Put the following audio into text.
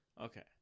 Okay